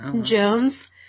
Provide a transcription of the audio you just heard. Jones